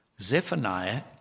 Zephaniah